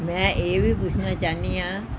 ਮੈਂ ਇਹ ਵੀ ਪੁੱਛਣਾ ਚਾਹੁੰਦੀ ਹਾਂ